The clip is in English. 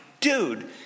dude